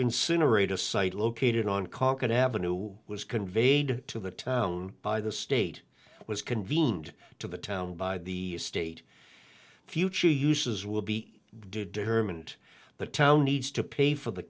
incinerators site located on caucus avenue was conveyed to the town by the state was convened to the town by the state future uses will be determined but town needs to pay for the